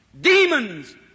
Demons